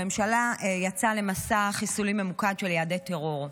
הממשלה יצאה למסע חיסולים ממוקד של יעדי טרור,